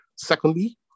Secondly